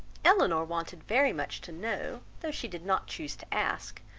elinor wanted very much to know, though she did not chuse to ask,